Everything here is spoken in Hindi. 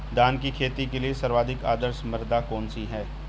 धान की खेती के लिए सर्वाधिक आदर्श मृदा कौन सी है?